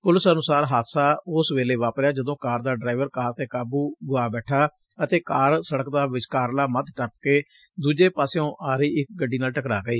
police ਅਨੁਸਾਰ ਹਾਦਸਾ ਊਸ ਵੇਲੇ ਵਾਪਰਿਆ ਜਦੋ ਕਾਰ ਦਾ ਡਰਾਈਵਰ ਕਾਰ ਤੇ ਕਾਬੂ ਗੁਆ ਬੈਠਾ ਅਤੇ ਕਾਰ ਸੜਕ ਦਾ ਵਿਚਕਾਰਲਾ ਮੱਧ ਟੱਪ ਕੇ ਦੁਜੇ ਪਾਸਿਓ ਆ ਰਹੀ ਇਕ ਗੱਡੀ ਨਾਲ ਟਕਰਾਅ ਗਈ